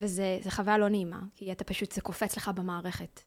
וזה חוויה לא נעימה, כי אתה פשוט... זה קופץ לך במערכת.